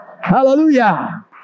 Hallelujah